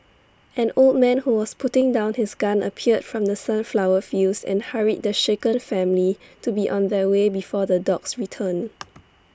an old man who was putting down his gun appeared from the sunflower fields and hurried the shaken family to be on their way before the dogs return